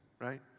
right